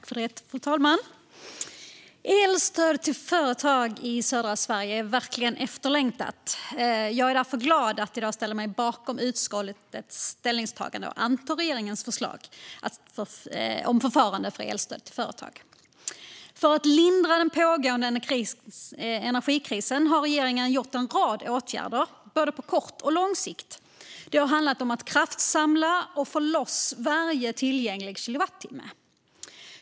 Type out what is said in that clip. Fru talman! Elstödet till företag i södra Sverige är verkligen efterlängtat. Jag är därför glad att i dag ställa mig bakom utskottets ställningstagande om att anta regeringens förslag om förfarandet för elstöd till företag. För att lindra den pågående energikrisen har regeringen vidtagit en rad åtgärder både på kort och på lång sikt. Det har handlat om att kraftsamla och få loss varje tillgänglig kilowattimme.